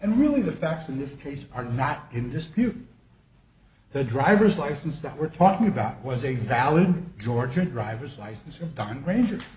and really the facts in this case are not in dispute the driver's license that we're talking about was a valid georgia driver's license from don granger